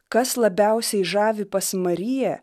kas labiausiai žavi pas mariją